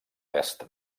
est